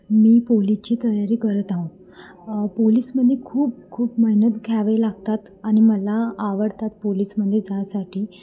मी पोलीसची तयारी करत आहे पोलीसमध्ये खूप खूप मेहनत घ्यावे लागतात आणि मला आवडतात पोलीसमध्ये जायसाठी